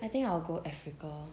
I think I will go africa